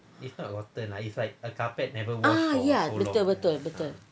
ah ya betul betul betul